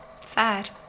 sad